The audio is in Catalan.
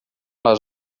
les